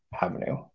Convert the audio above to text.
avenue